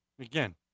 Again